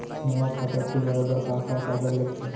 नवा खाता खुलवाए बर का का कागज लगथे?